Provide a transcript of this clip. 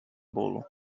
bolo